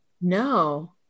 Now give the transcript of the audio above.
no